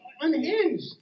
unhinged